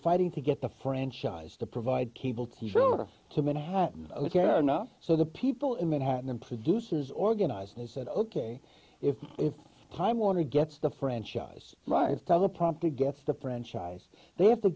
fighting to get the franchise to provide cable t v show or to manhattan care enough so the people in manhattan and produces organized and said ok if if time warner gets the franchise rights teleprompter gets the franchise they have to